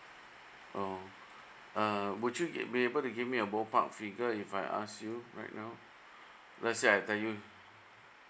oh uh would you be able to give me a ballpark figure if I ask you right now let's say I tell you